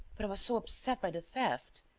but i was so upset by the theft.